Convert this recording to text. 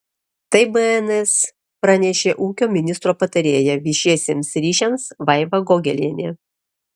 tai bns pranešė ūkio ministro patarėja viešiesiems ryšiams vaiva gogelienė